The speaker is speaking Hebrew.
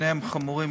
שניהם חמורים,